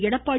Edappadi